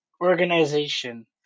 organization